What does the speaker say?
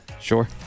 Sure